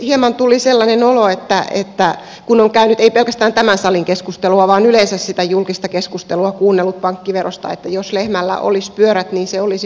hieman tuli sellainen olo kun on käynyt ei pelkästään tämän salin keskustelua vaan yleensä kuunnellut sitä julkista keskustelua pankkiverosta että jos lehmällä olisi pyörät niin se olisi maitoauto